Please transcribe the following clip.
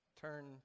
turn